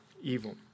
evil